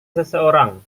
seseorang